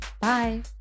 Bye